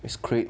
is great